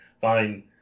fine